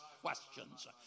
questions